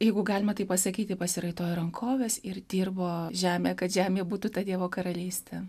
jeigu galima taip pasakyti pasiraitojo rankoves ir dirbo žemę kad žemė būtų ta dievo karalystė